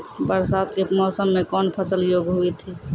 बरसात के मौसम मे कौन फसल योग्य हुई थी?